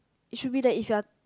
is should be that if you are